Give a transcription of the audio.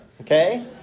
okay